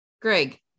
Greg